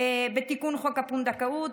בתיקון חוק הפונדקאות,